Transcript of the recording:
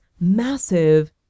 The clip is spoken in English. massive